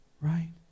right